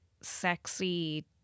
sexy